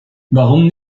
warum